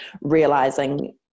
realizing